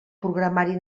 programari